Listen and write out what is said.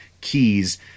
keys